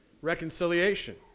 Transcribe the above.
reconciliation